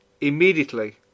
immediately